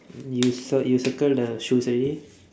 you cir~ you circle the shoes already